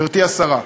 גברתי השרה,